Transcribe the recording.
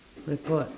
report